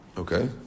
Okay